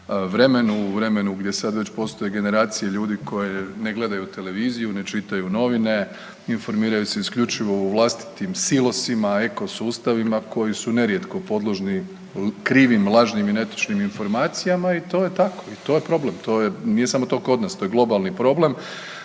u vremenu gdje sad već postoje genercije ljudi koji ne gledaju televiziju, ne čitaj novine, informiraju se isključivo u vlastitim silosima, ekosustavima koji su nerijetko podložni krivim, lažnim i netočnim informacijama i to je tako i to je problem. Nije samo to kod nas to je globalni problem.